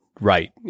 right